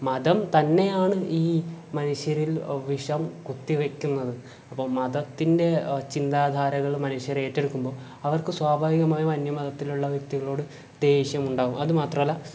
മതം തന്നെയാണ് ഈ മനുഷ്യരിൽ വിഷം കുത്തി വെക്കുന്നത് അപ്പം മതത്തിൻ്റെ ചിന്താധാരകള് മനുഷ്യർ ഏറ്റെടുക്കുമ്പോൾ അവർക്കും സ്വാഭാവികമായും അന്യമതത്തിലുള്ള വ്യക്തികളോട് ദേഷ്യം ഉണ്ടാകും അത് മാത്രല്ല